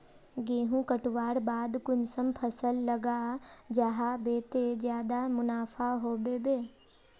गेंहू कटवार बाद कुंसम फसल लगा जाहा बे ते ज्यादा मुनाफा होबे बे?